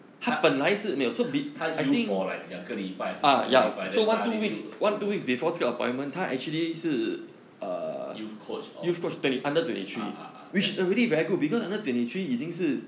他他 youth for like 两个礼拜还是三个礼拜 then suddenly 就 no more youth coach of ah ah ah that